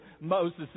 Moses